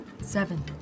Seven